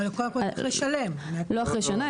לא אחרי שנה,